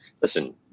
listen